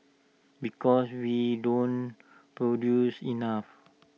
because we don't produce enough